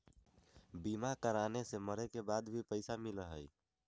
बीमा कराने से मरे के बाद भी पईसा मिलहई?